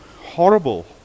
horrible